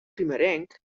primerenc